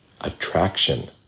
Attraction